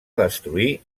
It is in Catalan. destruir